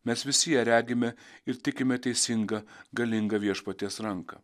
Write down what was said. mes visi ją regime ir tikime teisinga galinga viešpaties ranka